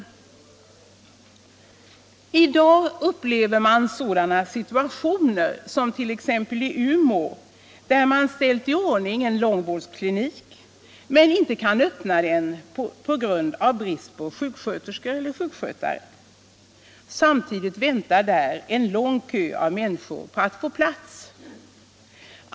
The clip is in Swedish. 1 dag upplever man sådana situationer som t.ex. den i Umeå där man ställt i ordning en långvårdsklinik men inte kan öppna den av brist på sjuksköterskor eller sjukskötare. Samtidigt väntar där en lång kö av människor på att få plats.